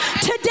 today